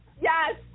yes